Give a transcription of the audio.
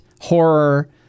horror